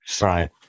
right